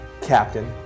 Captain